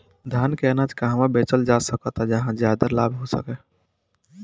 धान के अनाज के कहवा बेचल जा सकता जहाँ ज्यादा लाभ हो सके?